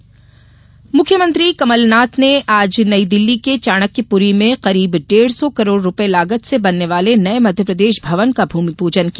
कमलनाथ लोकार्पण मुख्यमंत्री कमल नाथ ने आज नई दिल्ली के चाणक्यपुरी में करीब डेढ़ सौ करोड़ रुपये लागत से बनने वाले नए मध्यप्रदेश भवन का भूमि पूजन किया